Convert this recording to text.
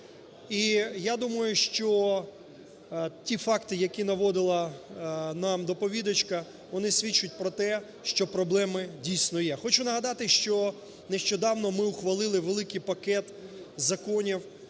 І, я думаю, що ті факти, які наводила нам доповідачка, вони свідчать про те, що проблеми дійсно є. Хочу нагадати, що нещодавно ми ухвалили великий пакет законів